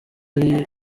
ari